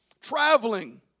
traveling